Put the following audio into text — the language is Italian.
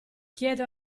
chiedo